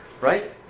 right